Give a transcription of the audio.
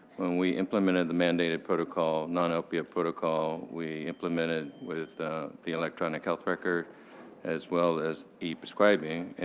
when we implemented the mandated protocol, non-opiate protocol, we implemented with the electronic health record as well as e-prescribing.